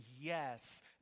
yes